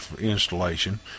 installation